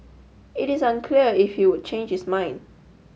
it is unclear if he would change his mind